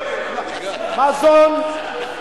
וקדימה